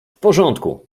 porządku